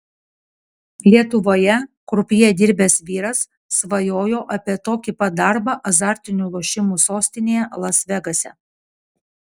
lietuvoje krupjė dirbęs vyras svajojo apie tokį pat darbą azartinių lošimų sostinėje las vegase